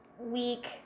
week